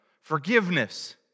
forgiveness